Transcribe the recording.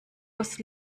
aus